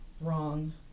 wrong